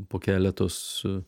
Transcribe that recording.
po keletos